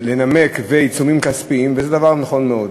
ולנמק, ועיצומים כספיים, זה דבר נכון מאוד.